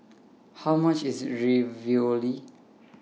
How much IS Ravioli